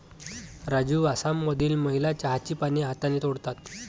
राजू आसाममधील महिला चहाची पाने हाताने तोडतात